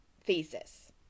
thesis